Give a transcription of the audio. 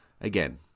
again